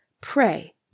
Pray